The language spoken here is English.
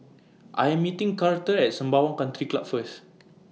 I Am meeting Karter At Sembawang Country Club First